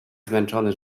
zmęczony